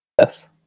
Yes